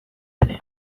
ere